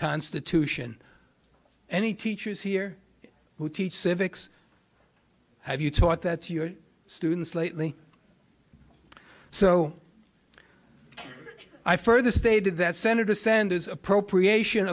constitution any teachers here who teach civics have you taught that to your students lately so i further stated that senator sanders appropriation